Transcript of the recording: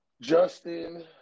Justin